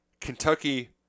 Kentucky